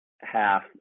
half